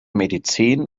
medizin